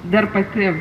dar pati